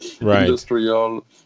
industrial